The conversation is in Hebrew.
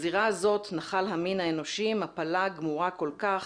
בזירה הזאת נחל המין האנושי מפלה גמורה כל כך,